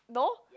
no